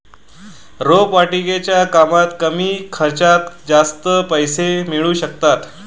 रोपवाटिकेच्या कामात कमी खर्चात जास्त पैसे मिळू शकतात